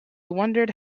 wondered